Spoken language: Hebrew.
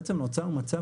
בעצם נוצר מצב